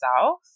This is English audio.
South